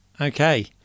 Okay